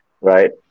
right